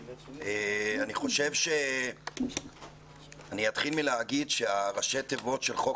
אני אתחיל ואומר שראשי התיבות של חוק